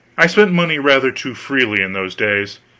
i spent money rather too freely in those days,